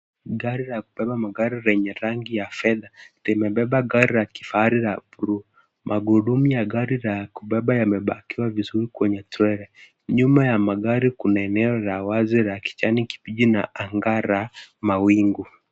Gari la kubeba magari lenye rangi ya fedha limebeba gari la kifahari la buluu. Magurudumu ya gari la kubeba yamebakiwa vizuri kwenye trailer . Nyuma ya magari kuna eneo la wazi la kijani kibichi na angara mawingu.